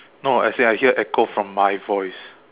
no as in I hear echo from my voice